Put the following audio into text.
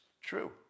true